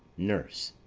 nurse,